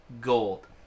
Gold